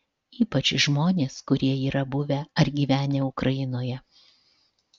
ypač žmonės kurie yra buvę ar gyvenę ukrainoje